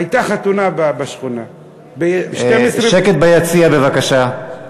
הייתה חתונה בשכונה, שקט ביציע, בבקשה.